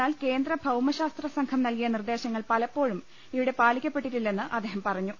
എന്നാൽ കേന്ദ്ര ഭൌമ ശാസ്ത്ര സംഘം നൽകിയ നിർദ്ദേശങ്ങൾ പലപ്പോഴും ഇവിടെ പാലിക്കപ്പെട്ടിട്ടില്ലെന്ന് അദ്ദേഹം പറഞ്ഞു